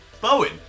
Bowen